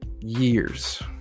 years